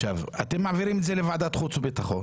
אתם מעבירים את זה לוועדת חוץ וביטחון